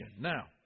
Now